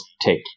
take